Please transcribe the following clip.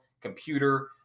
computer